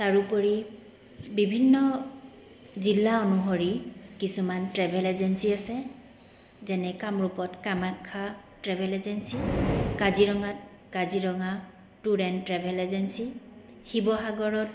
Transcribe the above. তাৰোপৰি বিভিন্ন জিলা অনুসৰি কিছুমান ট্ৰেভেল এজেঞ্চি আছে যেনে কামৰূপত কামাখ্যা ট্ৰেভেল এজেঞ্চি কাজিৰঙাত Kaziranga tour and travel agency শিৱসাগৰত